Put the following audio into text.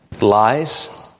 Lies